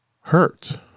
hurt